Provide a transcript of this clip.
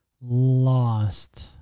lost